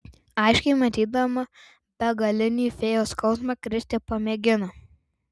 aiškiai matydama begalinį fėjos skausmą kristė pamėgino